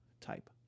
type